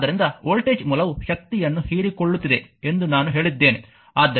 ಆದ್ದರಿಂದ ವೋಲ್ಟೇಜ್ ಮೂಲವು ಶಕ್ತಿಯನ್ನು ಹೀರಿಕೊಳ್ಳುತ್ತಿದೆ ಎಂದು ನಾನು ಹೇಳಿದ್ದೇನೆ